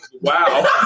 Wow